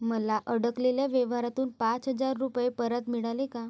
मला अडकलेल्या व्यवहारातून पाच हजार रुपये परत मिळाले का